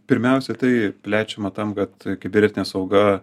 pirmiausia tai plečiama tam kad kibernetinė sauga